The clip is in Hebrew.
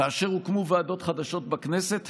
כאשר הוקמו ועדות חדשות בכנסת,